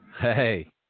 Hey